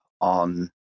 on